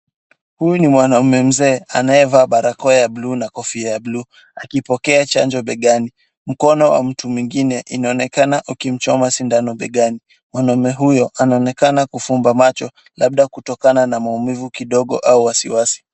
Huyu ni mwanaume mzee anayevaa barakoa ya buluu na kofia ya buluu, akipokea chanjo begani. Mkono wa mtu mwingine inaonekana ukimchoma sindano begani. Mwanaume huyo anaonekana kufumba macho labda kutokana na maumivu kidogo au wasiwasi.